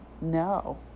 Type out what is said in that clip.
no